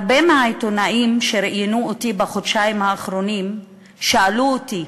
הרבה מהעיתונאים שראיינו אותי בחודשיים האחרונים שאלו אותי: